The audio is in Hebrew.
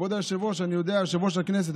כבוד יושב-ראש הכנסת,